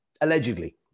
allegedly